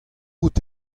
out